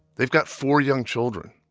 they've got four young children.